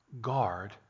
guard